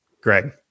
greg